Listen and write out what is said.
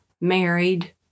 married